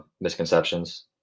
misconceptions